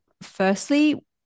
firstly